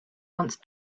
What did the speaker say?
wants